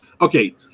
Okay